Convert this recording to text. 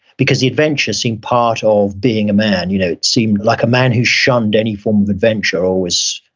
because the adventure seemed part of being a man, you know it seemed like a man who shunned any form of adventure always,